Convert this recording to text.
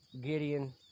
Gideon